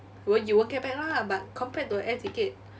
won't you won't get back lah but compared to air ticket